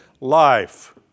life